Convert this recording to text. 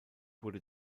wurde